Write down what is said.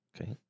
okay